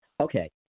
Okay